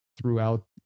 throughout